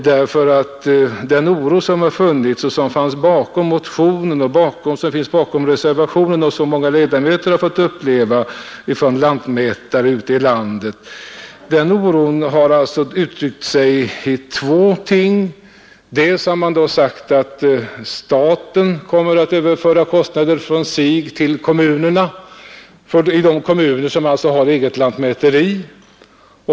Den oro hos lantmätare ute i landet som föranledde motionen och som fanns bakom reservationen och som många ledamöter har fått uppleva har tagit sig två uttryck: Man har sagt att staten kommer att överföra kostnader från sig till de kommuner som har eget lantmäteri.